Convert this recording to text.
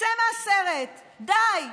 צא מהסרט, די.